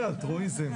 זה אלטרואיזם.